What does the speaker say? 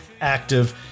active